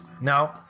No